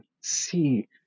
see